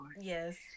Yes